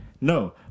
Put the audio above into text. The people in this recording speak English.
No